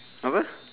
apa